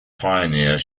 pioneer